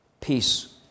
Peace